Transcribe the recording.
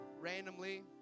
randomly